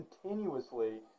continuously